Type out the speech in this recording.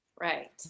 Right